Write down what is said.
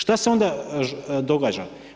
Šta se onda događa?